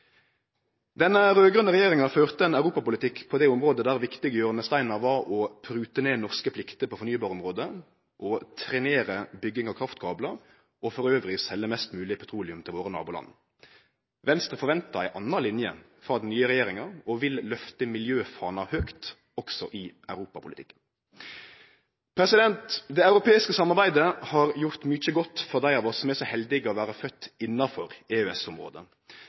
regjeringa førte ein europapolitikk på det området der viktige hjørnesteinar var å prute ned norske plikter på fornybarområdet, trenere bygging av kraftkablar og dessutan selje mest mogleg petroleum til våre naboland. Venstre forventar ei anna linje frå den nye regjeringa og vil løfte miljøfana høgt også i europapolitikken. Det europeiske samarbeidet har gjort mykje godt for dei av oss som er så heldige å vere fødde innanfor